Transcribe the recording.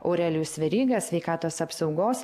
aurelijus veryga sveikatos apsaugos